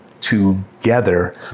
together